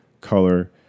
color